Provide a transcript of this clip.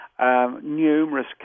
numerous